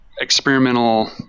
experimental